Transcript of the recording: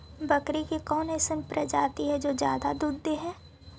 बकरी के कौन अइसन प्रजाति हई जो ज्यादा दूध दे हई?